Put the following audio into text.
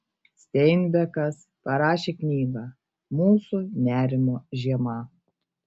steinbekas parašė knygą mūsų nerimo žiema